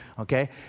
Okay